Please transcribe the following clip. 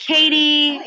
Katie